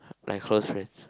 my close friends